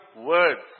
words